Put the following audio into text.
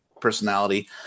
personality